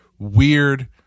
weird